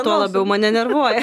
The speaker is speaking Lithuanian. tuo labiau mane nervuoja